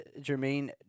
Jermaine